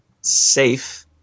safe